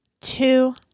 two